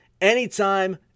anytime